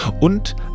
Und